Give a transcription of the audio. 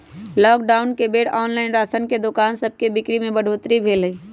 lockdown के बेर online ration के दोकान सभके बिक्री में बढ़ोतरी भेल हइ